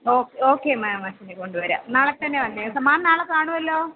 ഓ okay ma'am അച്ഛനെ കൊണ്ടുവരാം നാളെത്തന്നെ വന്നേക്കാം മാം നാളെ കാണുവല്ലോ